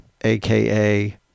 aka